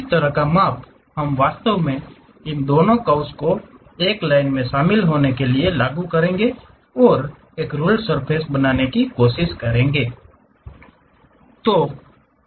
इस तरह का माप हम वास्तव में इन दोनों कर्व्स को एक लाइन में शामिल होने के लिए लागू करेंगे और एक रुल्ड सर्फ़ेस बनाने की कोशिश करेंगे